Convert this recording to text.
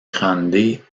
grande